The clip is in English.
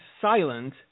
silent